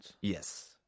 Yes